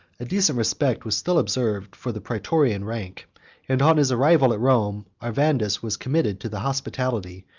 a decent respect was still observed for the proefectorian rank and on his arrival at rome, arvandus was committed to the hospitality,